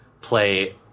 play